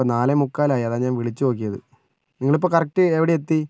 ഇപ്പം നാലേ മുക്കാലായി അതാ ഞാൻ വിളിച്ചു നോക്കിയത് നിങ്ങളിപ്പം കറക്ട് എവിടെ എത്തി